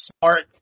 smart